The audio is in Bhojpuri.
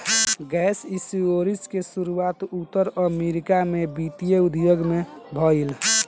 गैप इंश्योरेंस के शुरुआत उत्तर अमेरिका के वित्तीय उद्योग में भईल